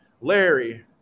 Larry